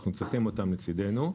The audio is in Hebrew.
ואנחנו צריכים אותם לצדנו.